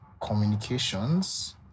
communications